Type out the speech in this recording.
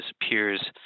disappears